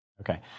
Okay